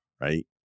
right